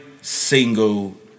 Single